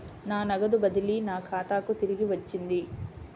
నా నగదు బదిలీ నా ఖాతాకు తిరిగి వచ్చింది